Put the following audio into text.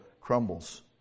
crumbles